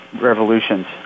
revolutions